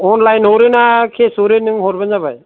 online हरो ना case हरो नों हरबानो जाबाय